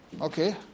Okay